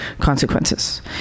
consequences